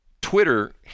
Twitter